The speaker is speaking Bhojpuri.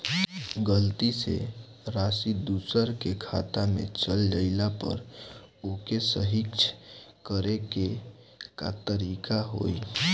गलती से राशि दूसर के खाता में चल जइला पर ओके सहीक्ष करे के का तरीका होई?